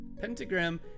Pentagram